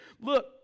look